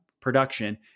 production